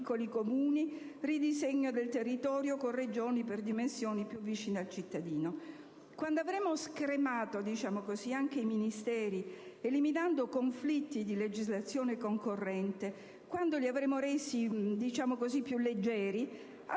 piccoli Comuni, ridisegno del territorio con Regioni per dimensioni più vicine al cittadino. Quando avremo scremato - per così dire - anche i Ministeri, eliminando conflitti di legislazione concorrente, quando li avremo resi più "leggeri",